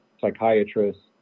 psychiatrists